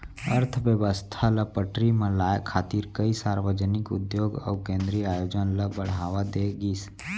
अर्थबेवस्था ल पटरी म लाए खातिर कइ सार्वजनिक उद्योग अउ केंद्रीय आयोजन ल बड़हावा दे गिस